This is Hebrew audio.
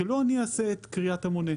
שלא אני אעשה את קריאת המונה?